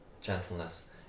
gentleness